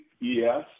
Yes